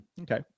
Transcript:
Okay